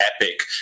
epic